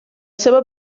seva